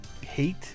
hate